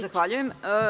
Zahvaljujem.